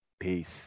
Peace